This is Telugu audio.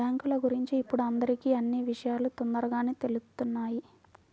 బ్యేంకుల గురించి ఇప్పుడు అందరికీ అన్నీ విషయాలూ తొందరగానే తెలుత్తున్నాయి